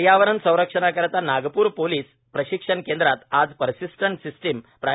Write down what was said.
पर्यावरण संरक्षणाकरिता नागपूर पोलीस प्रशिक्षण केंद्रात आज पर्सिस्टंट सिस्टम प्रा